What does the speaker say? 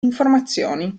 informazioni